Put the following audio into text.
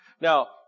Now